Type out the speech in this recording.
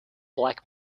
black